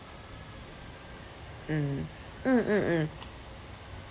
mm mm mm mm